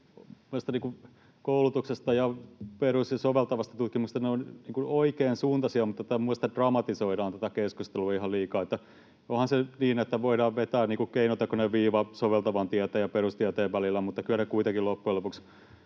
koulutuksesta ja perus- ja soveltavasta tutkimuksesta ovat oikean suuntaisia, mutta tätä keskustelua dramatisoidaan ihan liikaa. Onhan se nyt niin, että voidaan vetää keinotekoinen viiva soveltavan tieteen ja perustieteen välillä, mutta kyllä ne kuitenkin loppujen lopuksi